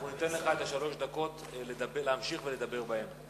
אנחנו ניתן לך את שלוש הדקות להמשיך ולדבר בהן.